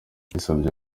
yasabye